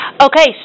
Okay